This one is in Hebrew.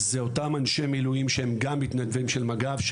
זה אותם אנשי מילואים שהם גם מתנדבים של מג"ב.